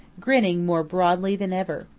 grinning more broadly than ever.